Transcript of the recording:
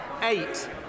eight